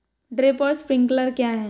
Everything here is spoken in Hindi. ड्रिप और स्प्रिंकलर क्या हैं?